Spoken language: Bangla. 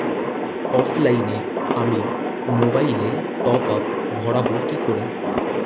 অফলাইনে আমি মোবাইলে টপআপ ভরাবো কি করে?